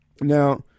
now